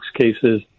cases